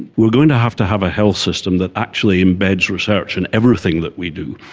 we're going to have to have a health system that actually embeds research in everything that we do,